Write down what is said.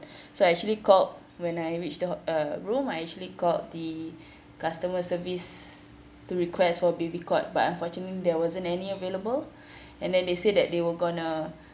so I actually called when I reach the ho~ uh room I actually called the customer service to request for baby cot but unfortunately there wasn't any available and then they said that they were gonna